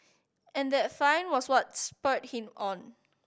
and that find was what spurred him on